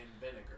vinegar